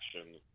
action